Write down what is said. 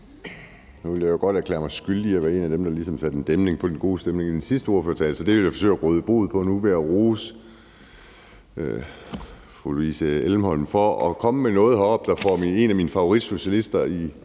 Nu vil jeg jo godt erklære mig skyldig i at være en af dem, der ligesom satte en dæmper for den gode stemning under den sidste ordførertale, så det vil jeg forsøge at råde bod på nu ved at rose fru Louise Elholm for at komme med noget heroppe, der får en af mine favoritsocialister i